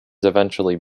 eventually